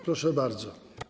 Proszę bardzo.